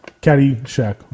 Caddyshack